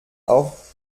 auf